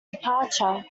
departure